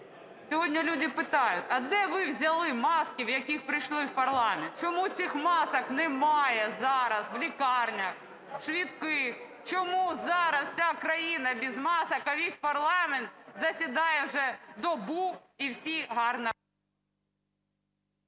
Сьогодні люди питають: а де ви взяли маски, в яких прийшли в парламент? Чому цих масок немає зараз в лікарнях, в швидких? Чому зараз вся країна без масок, а весь парламент засідає вже добу і всі гарно…?